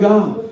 God